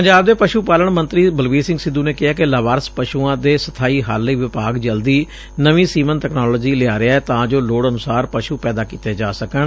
ਪੰਜਾਬ ਦੇ ਪਸੁ ਪਾਲਣ ਮੰਤਰੀ ਬਲਬੀਰ ਸਿੰਘ ਸਿੱਧੁ ਨੇ ਕਿਹੈ ਕਿ ਲਾਵਾਰਸ ਪਸੁਆਂ ਦੇ ਸਬਾਈ ਹੱਲ ਲਈ ਵਿਭਾਗ ਜਲਦੀ ਨਵੀਂ ਸੀਮਨ ਤਕਨਾਲੋਜੀ ਲਿਆ ਰਿਹੈ ਤਾਂ ਜੋ ਲੋੜ ਅਨੁਸਾਰ ਪਸ੍ਰੱ ਪੈਦਾ ਕੀਤੇ ਜਾ ਸਕਣ